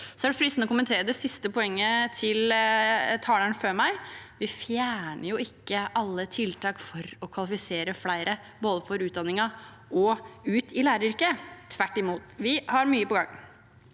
Det er fristende å kommentere det siste poenget til taleren før meg: Vi fjerner jo ikke alle tiltak for å kvalifisere flere for både utdanningen og læreryrket. Tvert imot har vi mye på gang.